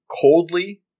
coldly